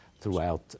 throughout